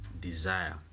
desire